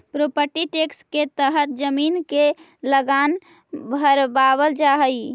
property tax के तहत जमीन के लगान भरवावल जा हई